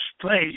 place